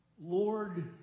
Lord